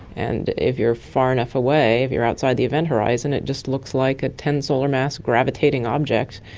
and if you are far enough away, if you are outside the event horizon, it just looks like a ten solar mass gravitating object.